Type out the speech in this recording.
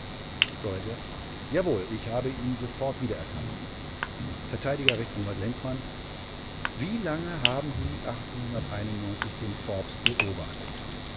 zeuge jawohl ich habe ihn sofort wiedererkannt vert rechtsanwalt lenzmann wie lange haben sie den forbes beobachtet